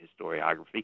historiography